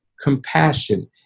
compassion